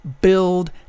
build